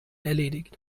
erledigt